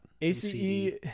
ACE